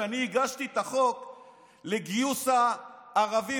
כשאני הגשתי את החוק לגיוס הערבים,